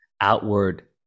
outward